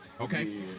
okay